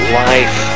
life